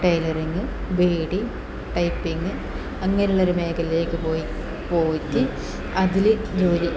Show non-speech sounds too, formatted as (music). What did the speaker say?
tailoring (unintelligible) typing അങ്ങനെയുള്ളൊരു മേഖലയിലേക്ക് പോയി പോയിട്ട് അതിൽ ജോലി